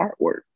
artwork